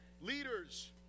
Leaders